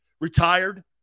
retired